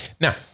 Now